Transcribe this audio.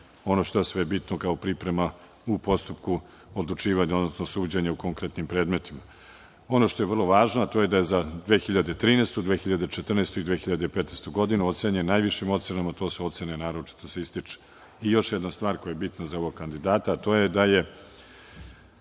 ono što je bitno kao priprema u postupku odlučivanja, odnosno suđenja u konkretnim predmetima. Ono što je vrlo važno jeste da je za 2013, 2014. i 2015. godinu ocenjen najvišim ocenama. To su ocene „naročito se ističe“. Još jedna stvar koja je bitna za ovog kandidata jeste da je